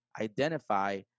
identify